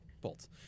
Bolts